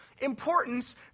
importance